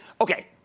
Okay